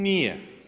Nije.